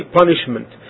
punishment